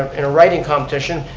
in a writing competition,